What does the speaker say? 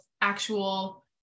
actual